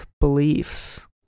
beliefs